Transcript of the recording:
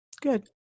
Good